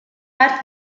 parte